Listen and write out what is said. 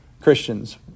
Christians